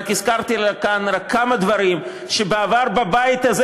הזכרתי כאן רק כמה דברים שבעבר בבית הזה,